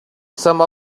some